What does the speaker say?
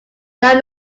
not